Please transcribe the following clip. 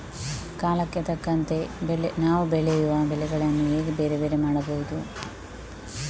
ಕಾಲಕ್ಕೆ ತಕ್ಕಂತೆ ನಾವು ಬೆಳೆಯುವ ಬೆಳೆಗಳನ್ನು ಹೇಗೆ ಬೇರೆ ಬೇರೆ ಮಾಡಬಹುದು?